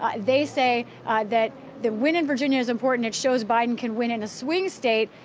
ah they say that the win in virginia is important. it shows biden can win in a swing state,